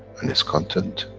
and its content,